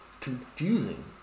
confusing